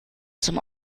zum